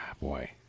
Boy